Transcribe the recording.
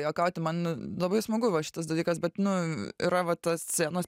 juokauti man labai smagu va šitas dalykas bet nu yra va ta scenos